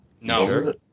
no